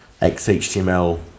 XHTML